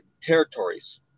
territories